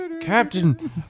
Captain